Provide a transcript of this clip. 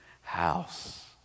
house